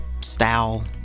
style